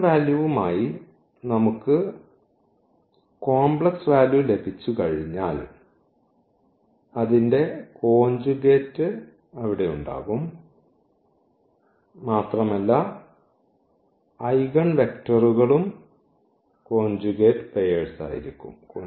ഐഗൺവാല്യൂവായി നമുക്ക് complex value ലഭിച്ചുകഴിഞ്ഞാൽ അതിന്റെ കോഞ്ചുഗേറ്റ് അവിടെ ഉണ്ടാകും മാത്രമല്ല ഐഗൺ വെക്റ്ററുകളും കോഞ്ചുഗേറ്റ് ജോഡികളായിരിക്കും